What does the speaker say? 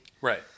Right